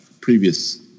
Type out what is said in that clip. previous